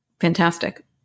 fantastic